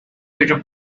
peter